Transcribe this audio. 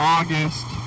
August